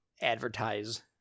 advertise